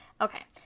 Okay